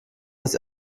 dass